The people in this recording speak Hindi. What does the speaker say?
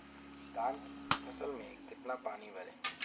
धान की फसल में कितना पानी भरें?